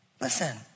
listen